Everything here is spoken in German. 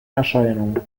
erscheinung